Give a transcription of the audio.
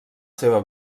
seva